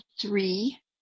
three